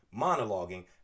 monologuing